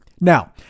Now